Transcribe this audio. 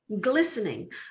glistening